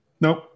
Nope